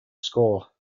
score